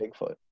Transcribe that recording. Bigfoot